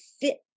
fit